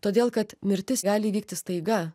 todėl kad mirtis gali įvykti staiga